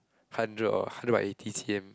hundred or hundred by eighty C_M